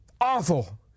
awful